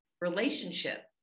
relationship